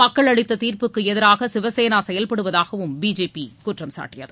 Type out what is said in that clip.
மக்கள் அளித்த தீர்ப்புக்கு எதிராக சிவசேனா செயல்படுவதாகவும் பிஜேபி குற்றம் சாட்டியது